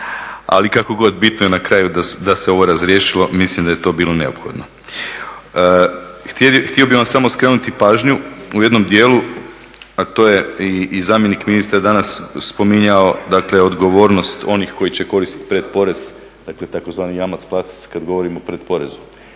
ali kako god, bitno je na kraju da se ovo razriješilo, mislim da je to bilo neophodno. Htio bih vam samo skrenuti pažnju u jednom dijelu, a to je i zamjenik ministra danas spominjao, dakle odgovornost onih koji će koristiti pred porez, dakle tzv. kada govorimo o predporezu.